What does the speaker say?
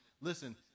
Listen